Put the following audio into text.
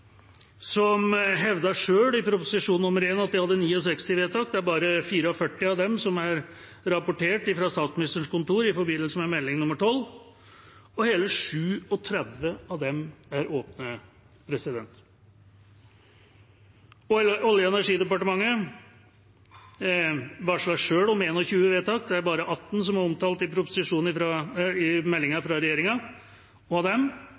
som sjøl hevder i Prop. 1 S at de hadde 69 vedtak. Det er bare 44 av dem som er rapport fra Statsministerens kontor i forbindelse med Meld. St. 12, og hele 37 av dem er åpne. Olje- og energidepartementet varslet sjøl om 21 vedtak. Det er bare 18 som er omtalt i meldinga fra regjeringa. Av dem er 16 saker åpne. Da understreker jeg at det i